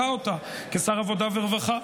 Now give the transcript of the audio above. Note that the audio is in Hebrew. כשר העבודה והרווחה,